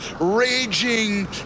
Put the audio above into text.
raging